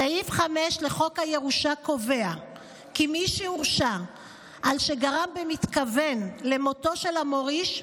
סעיף 5 לחוק הירושה קובע כי מי שהורשע על שגרם במתכוון למותו של המוריש,